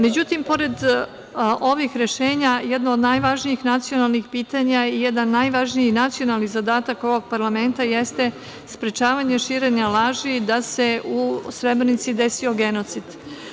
Međutim, pored ovih rešenja, jedno od najvažnijih nacionalnih pitanja, jedan najvažniji nacionalni zadatak ovog parlamenta jeste sprečavanje širenja laži da se u Srebrenici desio genocid.